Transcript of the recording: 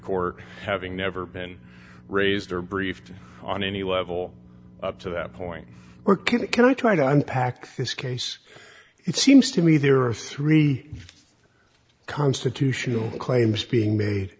court having never been raised or briefed on any level up to that point where can i try to unpack this case it seems to me there are three constitutional claims being made